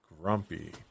Grumpy